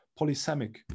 polysemic